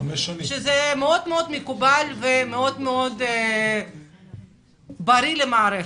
שזה מאוד מקובל ומאד בריא למערכת.